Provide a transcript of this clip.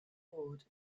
ward